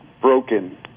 broken